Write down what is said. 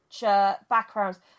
backgrounds